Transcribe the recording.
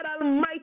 Almighty